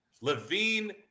Levine